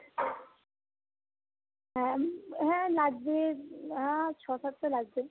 হ্যাঁ হ্যাঁ লাগবে হ্যাঁ ছ সাতটা লাগবে